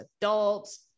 adults